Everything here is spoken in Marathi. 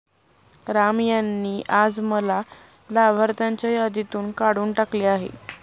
राम यांनी आज मला लाभार्थ्यांच्या यादीतून काढून टाकले आहे